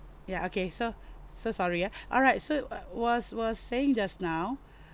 ya okay so so sorry ah alright so was was saying just now